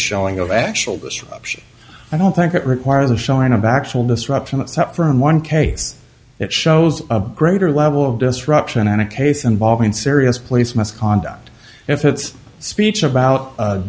showing of actual disruption i don't think that requires a showing of actual disruption in one case it shows a greater level of disruption in a case involving serious police misconduct if it's speech about